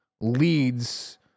leads